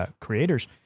creators